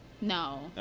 No